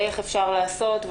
ואיך אפשר לעשות.